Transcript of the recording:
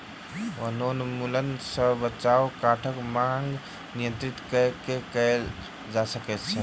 वनोन्मूलन सॅ बचाव काठक मांग नियंत्रित कय के कयल जा सकै छै